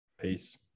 Peace